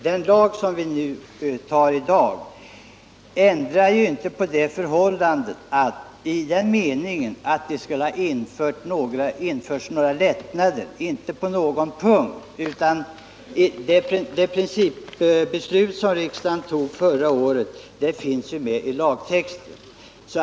Den lag som vi skall anta i dag ändrar ju inte på detta förhållande i den meningen att det skulle ha införts några lättnader — det har inte gjorts på någon punkt — utan det principbeslut som riksdagen fattade förra året finns med i lagtexten.